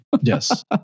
Yes